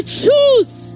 choose